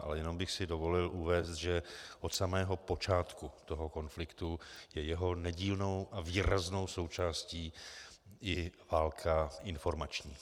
Ale jenom bych si dovolil uvést, že od samého počátku toho konfliktu je jeho nedílnou a výraznou součástí i válka informační.